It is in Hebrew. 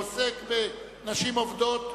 העוסק בנשים עובדות.